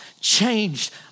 changed